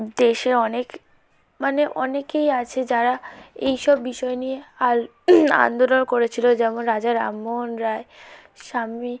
দেশের অনেক মানে অনেকেই আছে যারা এই সব বিষয় নিয়ে আন্দোলন করেছিল যেমন রাজা রামমোহন রায় স্বামী